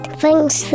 Thanks